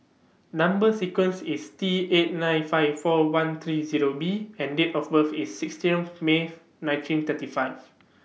Number sequence IS T eight nine five four one three Zero B and Date of birth IS sixteen May nineteen thirty five